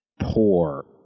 poor